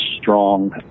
strong